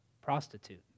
prostitute